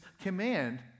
command